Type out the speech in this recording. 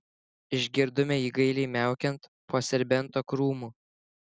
išgirdome jį gailiai miaukiant po serbento krūmu